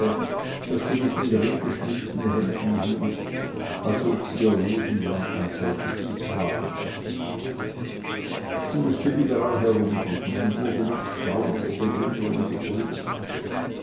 das sie mit den ringgeschmückten händen hielt als ob sie ihr leben lang ein solches getragen hätte sie mußte überall herumgehen und wurde mit staunender bewunderung begrüßt